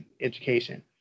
education